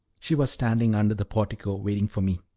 she was standing under the portico waiting for me.